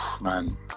Man